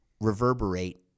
reverberate